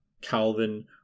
Calvin